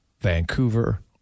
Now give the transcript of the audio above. Vancouver